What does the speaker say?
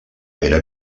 era